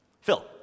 Phil